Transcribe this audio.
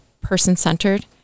person-centered